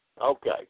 Okay